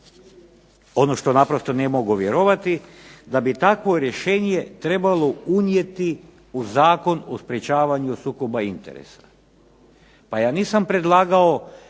ono što naprosto ne mogu vjerovati da bi takvo rješenje trebalo unijeti u Zakon o sprječavanju sukoba interesa. Pa ja nisam predlagao